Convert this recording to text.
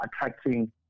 Attracting